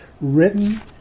written